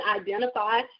identify